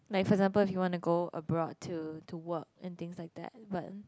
like for example if you want to go abroad to to work and things like that but